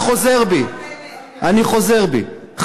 אני חוזר בי.